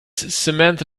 samantha